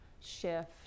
shift